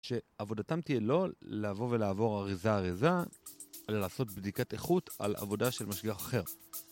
שעבודתם תהיה לא לבוא ולעבור אריזה אריזה, אלא לעשות בדיקת איכות על עבודה של משגיח אחר.